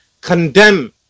condemn